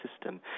system